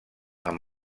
amb